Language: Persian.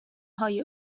های